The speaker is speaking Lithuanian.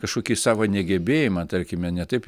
kažkokį savo negebėjimą tarkime ne taip